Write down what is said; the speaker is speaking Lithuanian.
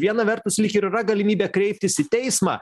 viena vertus lyg ir yra galimybė kreiptis į teismą